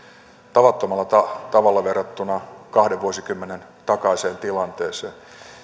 tavattomalla tavalla verrattuna kahden vuosikymmenen takaiseen tilanteeseen